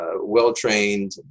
well-trained